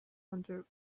under